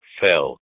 fell